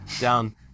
down